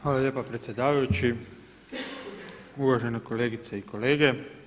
Hvala lijepa predsjedavajući, uvažene kolegice i kolege.